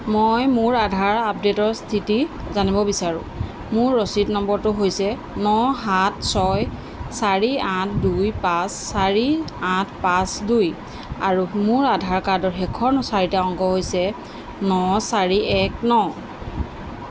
মই মোৰ আধাৰ আপডেটৰ স্থিতি জানিব বিচাৰোঁ মোৰ ৰচিদ নম্বৰটো হৈছে ন সাত ছয় চাৰি আঠ দুই পাঁচ চাৰি আঠ পাঁচ দুই আৰু মোৰ আধাৰ কাৰ্ডৰ শেষৰ চাৰিটা অংক হৈছে ন চাৰি এক ন